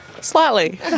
Slightly